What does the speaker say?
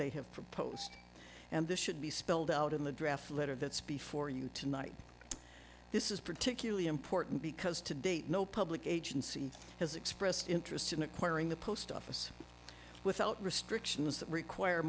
they have proposed and this should be spelled out in the draft letter that's before you tonight this is particularly important because to date no public agency has expressed interest in acquiring the post office without restrictions that require